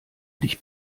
dich